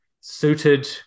suited